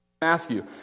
Matthew